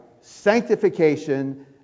sanctification